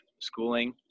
schooling